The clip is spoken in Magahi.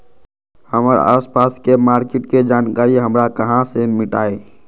हमर आसपास के मार्किट के जानकारी हमरा कहाँ से मिताई?